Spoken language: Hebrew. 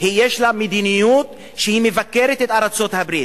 יש לה מדיניות שהיא מבקרת את ארצות-הברית.